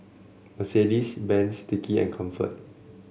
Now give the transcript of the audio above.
Mercedes Benz Sticky and Comfort